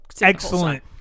excellent